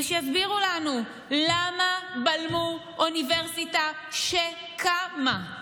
ושיסבירו לנו למה בלמו אוניברסיטה שקמה,